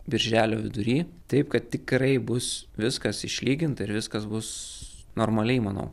birželio vidury taip kad tikrai bus viskas išlyginta ir viskas bus normaliai manau